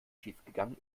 schiefgegangen